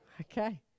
Okay